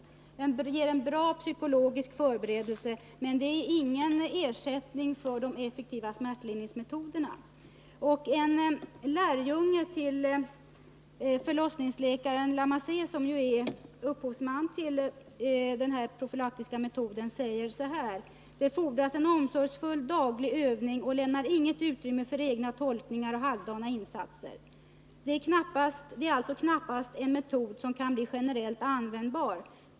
Den ger en bra psykologisk förberedelse. Men den är ingen ersättning för de effektiva smärtlindringsmetoderna. En lärjunge till förlossningsläkaren Lamassée, som ju är upphovsman till den psykoprofylaktiska metoden, säger så här: Den fordrar en omsorgsfull daglig övning och lämnar inget utrymme för egna tolkningar och halvdana insatser. Det är alltså knappast en metod som kan bli generellt användbar.